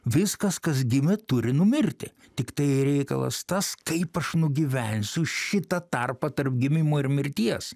viskas kas gimė turi numirti tiktai reikalas tas kaip aš nugyvensiu šitą tarpą tarp gimimo ir mirties